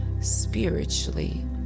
spiritually